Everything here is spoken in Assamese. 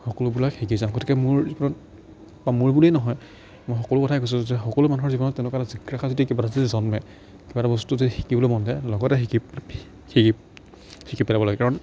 সকলোবিলাক শিকি যাওঁ গতিকে মোৰ জীৱনত বা মোৰ বুলিয়েই নহয় মই সকলো কথাই কৈছোঁ যে সকলো মানুহৰ জীৱনত তেনেকুৱা জিজ্ঞাসা যদি কিবা এটা যদি জন্মে কিবা এটা বস্তু যদি শিকিবলৈ মন যায় লগতে শিকি পেলাই শিকি শিকি পেলাব লাগে কাৰণ